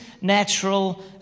natural